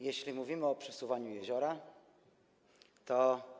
Jeśli mówimy o przesuwaniu jeziora, to.